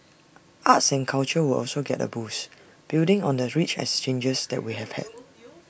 arts and culture will also get A boost building on the rich exchanges that we have had